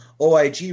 OIG